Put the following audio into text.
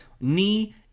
knee